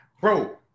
bro